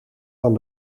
van